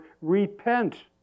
repent